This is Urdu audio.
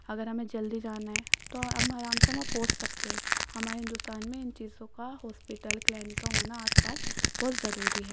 اگر ہمیں جلدی جانا ہے تو ہم آرام سے وہاں پہنچ سکتے ہیں ہمارے ہندوستان میں ان چیزوں کا ہوسپٹل کلینک کا ہونا آس پاس بہت ضروری ہے